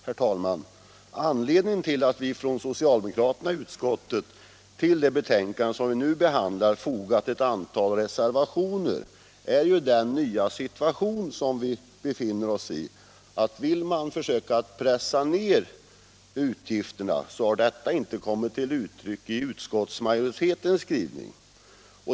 Herr talman! Anledningen till att vi socialdemokrater i utskottet vid det betänkande som nu behandlas fogat ett antal reservationer är den nya situation som vi befinner oss i, nämligen att även om man vill försöka pressa ned utgifterna så har detta inte kommit till uttryck i utskottsmajoritetens skrivning.